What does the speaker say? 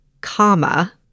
comma